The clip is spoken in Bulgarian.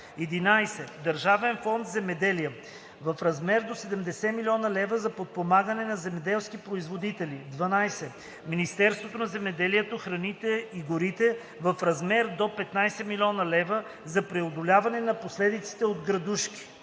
11. Държавен фонд „Земеделие“ в размер до 70 000,0 хил. лв. за подпомагане на земеделски производители; 12. Министерството на земеделието, храните и горите в размер до 15 000,0 хил. лв. за преодоляване на последиците от градушки;